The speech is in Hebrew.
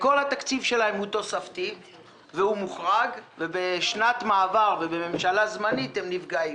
כל התקציב שלהם הוא תוספתי ומוחרג ובשנת מעבר ובממשלה זמנית הם נפגעים.